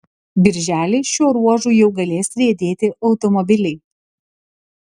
birželį šiuo ruožu jau galės riedėti automobiliai